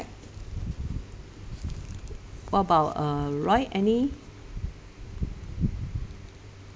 what about err roy any